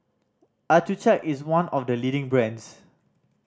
accucheck is one of the leading brands